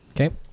Okay